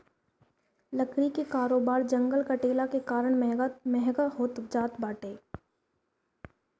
लकड़ी कअ कारोबार जंगल कटला के कारण महँग होत जात बाटे